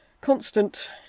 constant